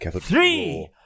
Three